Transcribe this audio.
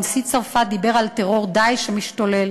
ונשיא צרפת דיבר על טרור "דאעש" המשתולל.